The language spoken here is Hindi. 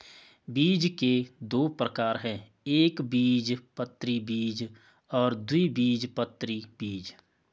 बीज के दो प्रकार है एकबीजपत्री बीज और द्विबीजपत्री बीज